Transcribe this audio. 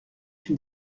une